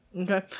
Okay